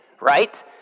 Right